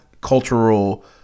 cultural